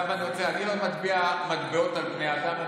אני רוצה להגיד שאני לא טובע מטבעות על בני אדם.